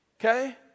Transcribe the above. Okay